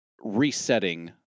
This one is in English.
resetting